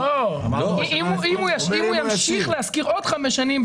אם הוא ימשיך להשכיר עוד חמש שנים,